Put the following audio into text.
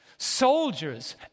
Soldiers